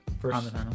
first